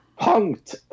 Punked